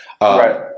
Right